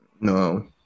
No